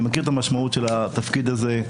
אני מכיר את המשמעות של התפקיד הזה,